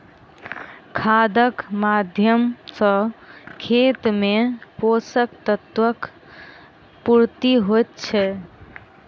खादक माध्यम सॅ खेत मे पोषक तत्वक पूर्ति होइत छै